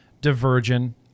divergent